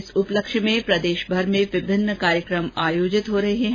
इस उपलक्ष्य में प्रदेशभर में विभिन्न कार्यक्रम आयोजित हो रहे हैं